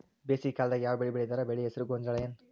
ಬೇಸಿಗೆ ಕಾಲದಾಗ ಯಾವ್ ಬೆಳಿ ಬೆಳಿತಾರ, ಬೆಳಿ ಹೆಸರು ಗೋಂಜಾಳ ಏನ್?